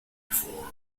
before